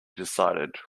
decided